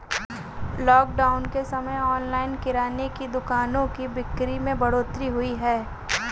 lockdown के समय online किराने की दुकानों की बिक्री में बढ़ोतरी हुई है